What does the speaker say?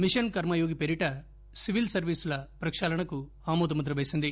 machine కర్క యోగి పేరిట సివిల్ సర్వీసుల ప్రకాళనకు ఆమోదముద్ర వేసింది